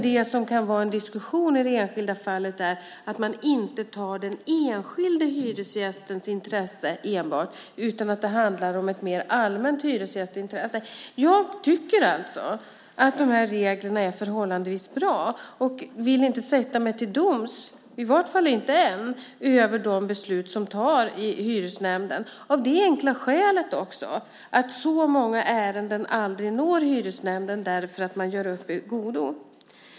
Det som kan vara en diskussion i det enskilda fallet är att man inte enbart tar hänsyn till den enskilde hyresgästens intresse utan att det handlar om ett mer allmänt hyresgästintresse. Jag tycker att reglerna är förhållandevis bra. Jag vill inte sätta mig till doms - i varje fall inte än - över de beslut som fattas i hyresnämnderna. Det enkla skälet är också att så många ärenden aldrig når hyresnämnderna därför att man gör upp i godo.